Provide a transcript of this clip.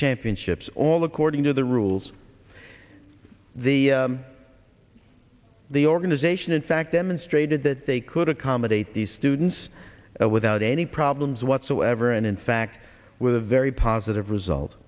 championships all according to the rules the the organization in fact demonstrated that they could accommodate these students without any problems whatsoever and in fact with a very positive result